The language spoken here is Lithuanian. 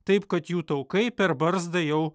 taip kad jų taukai per barzdą jau